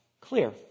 clear